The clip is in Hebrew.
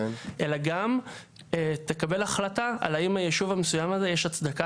אלא גם תקבל החלטה על האם היישוב המסוים הזה יש הצדקה